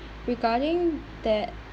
regarding that